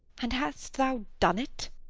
and hast thou done it?